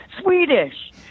Swedish